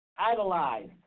Idolize